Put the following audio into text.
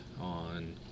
on